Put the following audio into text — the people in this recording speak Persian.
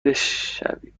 بشویید